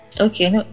Okay